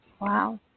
Wow